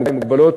עם מוגבלויות,